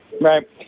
Right